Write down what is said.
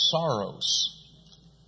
sorrows